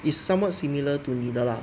is somewhat similar to 你的 lah